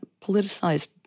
politicized